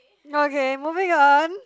okay moving on